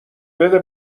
بده